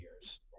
years